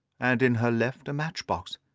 and in her left a match-box.